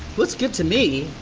looks good to me,